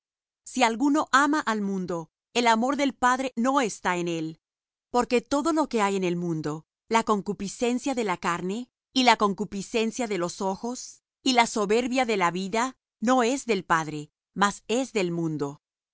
si alguno ama al mundo el amor del padre no está en él porque todo lo que hay en el mundo la concupiscencia de la carne y la concupiscencia de los ojos y la soberbia de la vida no es del padre mas es del mundo